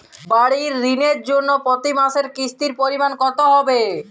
বাড়ীর ঋণের জন্য প্রতি মাসের কিস্তির পরিমাণ কত হবে?